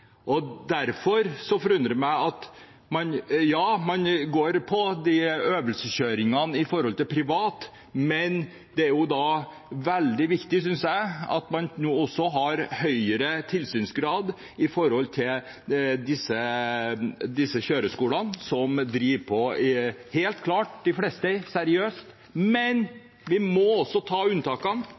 Derfor forundrer det meg at man går på privat øvelseskjøring. Det er veldig viktig, synes jeg, at man nå også har høyere tilsynsgrad når det gjelder kjøreskolene. De fleste er helt klart seriøse, men vi må ta unntakene.